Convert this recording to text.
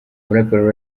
umuraperi